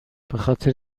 بخاطر